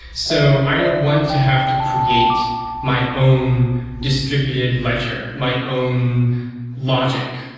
so i don't want to have to create my own distributed ledger, my own logic.